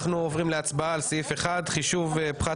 אנחנו עוברים להצבעה על סעיף 1. חישוב פחת